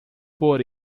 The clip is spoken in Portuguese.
por